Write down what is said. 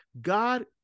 God